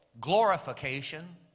glorification